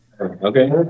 Okay